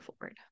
forward